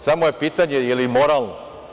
Samo je pitanje – da li je moralno?